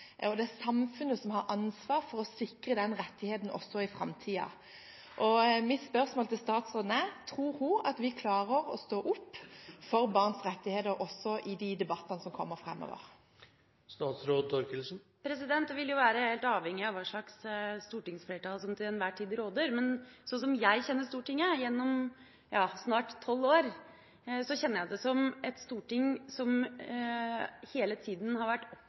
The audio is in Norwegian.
for å sikre den rettigheten også i framtiden. Mitt spørsmål til statsråden er: Tror hun at vi klarer å stå opp for barns rettigheter også i de debattene som kommer framover? Det vil jo være helt avhengig av hva slags stortingsflertall som til enhver tid råder, men sånn som jeg kjenner Stortinget, gjennom snart tolv år, er det som et storting som hele tida har vært